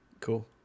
Cool